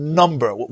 number